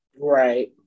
Right